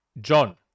John